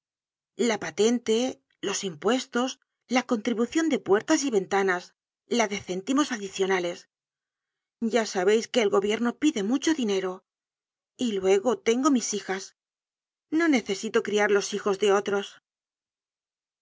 la patente los impuestos la contribución de puertas y ventanas la de céntimos adicionales ya sabeis que el gobierno pide mucho dinero y luego tengo mis hijas no necesito criar los hijos de otros